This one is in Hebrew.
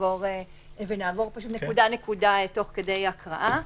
שנעבור נקודה, נקודה תוך כדי הקראה,